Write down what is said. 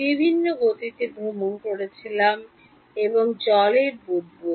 বিভিন্ন গতিতে ভ্রমণ করছিলাম এবং জলের বুদ্বুদ